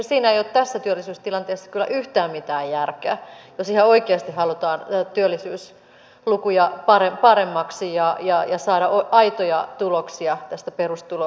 siinä ei ole tässä työllisyystilanteessa kyllä yhtään mitään järkeä jos ihan oikeasti halutaan työllisyyslukuja paremmiksi ja saada aitoja tuloksia tästä perustulokokeilusta